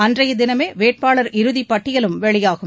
அன்றைய தினமே வேட்பாளர் இறுதி பட்டியலும் வெளியாகும்